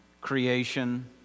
Creation